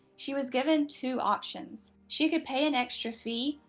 she was given two options she could pay an extra fee,